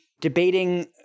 debating